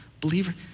believer